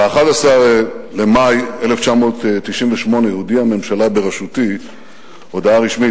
ב-11 במאי 1998 הודיעה הממשלה בראשותי הודעה רשמית.